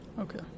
Okay